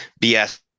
BS